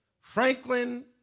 Franklin